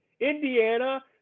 Indiana